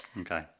Okay